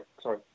sorry